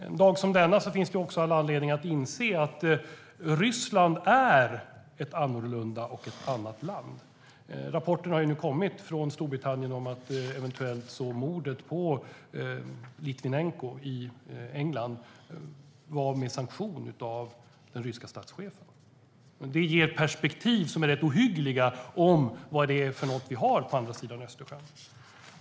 En dag som denna finns det all anledning att inse att Ryssland är ett annorlunda land. Det har nu kommit en rapport från Storbritannien om att mordet på Litvinenko i England eventuellt skedde med sanktion av den ryske statschefen. Det ger perspektiv som är rätt ohyggliga när det gäller vad det är som finns på andra sidan Östersjön.